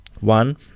one